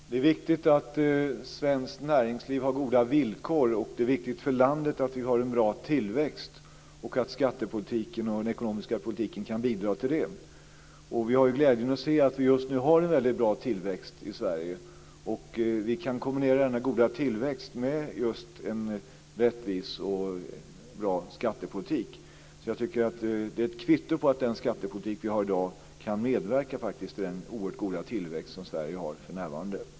Fru talman! Det är viktigt att svenskt näringsliv har goda villkor. Det är också viktigt för landet att vi har en bra tillväxt och att skattepolitiken och den ekonomiska politiken kan bidra till det. Vi har glädjen att se att vi just nu har en mycket bra tillväxt i Sverige. Vi kan kombinera denna goda tillväxt med just en rättvis och bra skattepolitik. Jag tycker att det är ett kvitto på att den skattepolitik vi har i dag kan medverka till den oerhört goda tillväxt som Sverige har för närvarande.